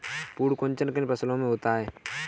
पर्ण कुंचन किन फसलों में होता है?